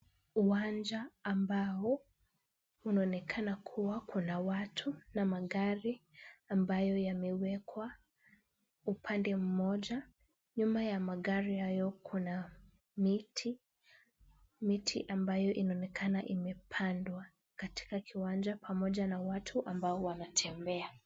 Uwanja ambao unaonekana kuwa kuna watu na magari ambayo yamewekwa upande mmoja. Nyuma ya magari hayo kuna miti, miti ambayo inaonekana imepandwa katika kiwanja, pamoja na watu ambao wanatembea.